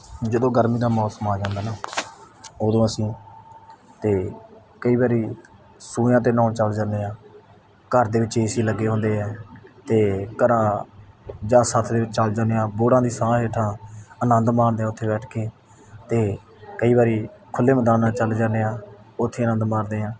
ਜਦੋਂ ਗਰਮੀ ਦਾ ਮੌਸਮ ਆ ਜਾਂਦਾ ਨਾ ਉਦੋਂ ਅਸੀਂ ਤਾਂ ਕਈ ਵਾਰੀ ਸੂਹਿਆਂ 'ਤੇ ਨਹਾਉਣ ਚਲ ਜਾਂਦੇ ਹਾਂ ਘਰ ਦੇ ਵਿੱਚ ਏਸੀ ਲੱਗੇ ਹੁੰਦੇ ਆ ਅਤੇ ਘਰਾਂ ਜਾਂ ਸੱਥ ਦੇ ਵਿੱਚ ਚਲੇ ਜਾਂਦੇ ਹਾਂ ਬੋਹੜਾਂ ਦੀ ਛਾਂ ਹੇਠਾਂ ਆਨੰਦ ਮਾਣਦੇ ਉੱਥੇ ਬੈਠ ਕੇ ਅਤੇ ਕਈ ਵਾਰੀ ਖੁੱਲ੍ਹੇ ਮੈਦਾਨਾਂ ਚੱਲ ਜਾਂਦੇ ਹਾਂ ਉੱਥੇ ਆਨੰਦ ਮਾਣਦੇ ਹਾਂ